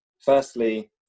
firstly